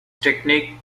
technique